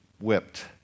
whipped